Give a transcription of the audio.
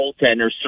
goaltender